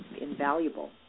invaluable